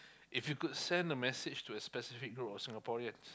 if you could send a message to a specific group of Singaporeans